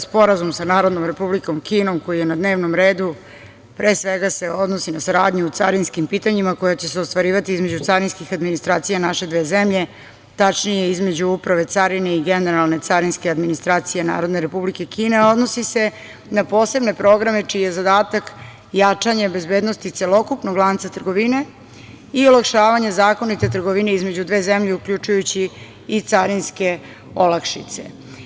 Sporazum sa Narodnom Republikom Kinom koji je na dnevnom redu pre svega se odnosi na saradnju u carinskim pitanjima koja će se ostvarivati između carinskih administracija naše dve zemlje, tačnije između Uprave carine i Generalne carinske administracije Narodne Republike Kine, a odnosi se na posebne programe čiji je zadatak jačanje bezbednosti celokupnog lanca trgovine i olakšavanja zakonite trgovine između dve zemlje, uključujući i carinske olakšice.